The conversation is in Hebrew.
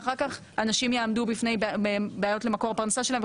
ואחר כך אנשים יעמדו בפני בעיות למקור הפרנסה שלהם,